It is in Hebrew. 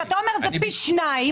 כשאתה אומר שזה פי שתיים,